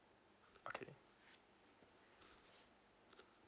okay